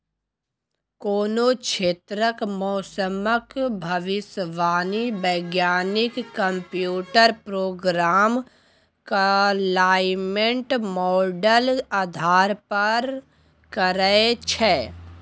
कोनो क्षेत्रक मौसमक भविष्यवाणी बैज्ञानिक कंप्यूटर प्रोग्राम क्लाइमेट माँडल आधार पर करय छै